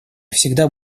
всегда